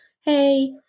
hey